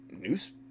news